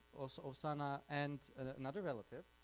so ovsanna and another relative.